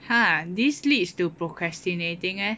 !huh! this leads to procrastinating meh